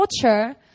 culture